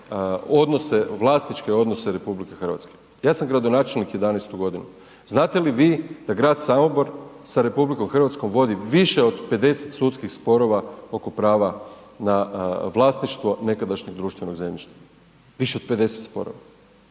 odnose, vlasničke odnose RH. Ja sam gradonačelnik 11-estu godinu. Znate li vi da grad Samobor sa RH vodi više od 50 sudskih sporova oko prava na vlasništvo nekadašnjeg društvenog zemljišta? Više od 50 sporova,